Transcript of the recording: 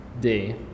day